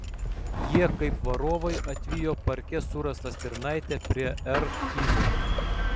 jie kaip varovai atvijo parke surastą stirnaitę prie r kizio